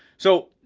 so,